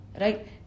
Right